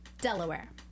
Delaware